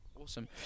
awesome